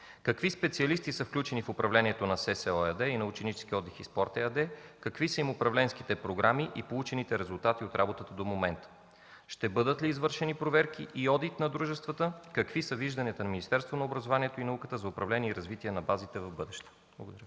Какви специалисти са включени в управлението на „Студентски столове и общежития” ЕАД и на „Ученически отдих и спорт” ЕАД? Какви са им управленските програми и получените резултати от работата до момента? Ще бъдат ли извършени проверки или одит на дружествата? Какви са вижданията на Министерство на образованието и науката за управление и развитие на базите в бъдеще? Благодаря.